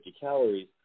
calories